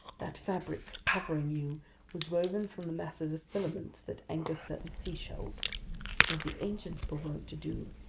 that fabric covering you was woven from the masses of filaments that anchor certain seashells as the ancients were wont to do,